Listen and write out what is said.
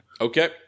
Okay